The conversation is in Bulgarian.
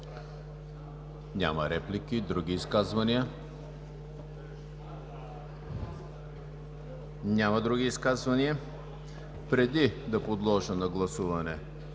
Няма реплики. Други изказвания? Няма други изказвания. Преди да подложа на гласуване